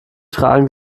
tragen